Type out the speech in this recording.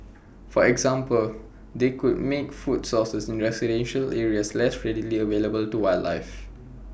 for example they could make food sources in residential areas less readily available to wildlife